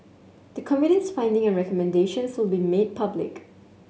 the Committee's finding and recommendations will be made public